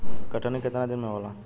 कटनी केतना दिन में होला?